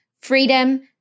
freedom